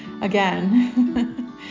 again